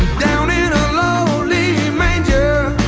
down in a lowly manger